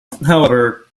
however